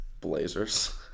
Blazers